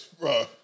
Bro